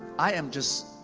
i am just.